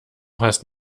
hast